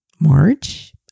March